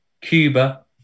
Cuba